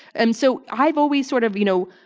and so i've always sort of, you know,